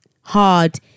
hard